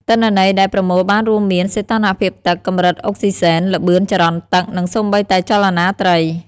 ទិន្នន័យដែលប្រមូលបានរួមមាន សីតុណ្ហភាពទឹក កម្រិតអុកស៊ីសែន ល្បឿនចរន្តទឹក និងសូម្បីតែចលនាត្រី។